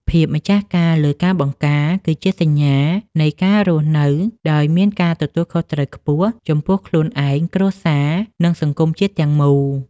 ភាពម្ចាស់ការលើការបង្ការ គឺជាសញ្ញានៃការរស់នៅដោយមានការទទួលខុសត្រូវខ្ពស់ ចំពោះខ្លួនឯង គ្រួសារ និងសង្គមជាតិទាំងមូល។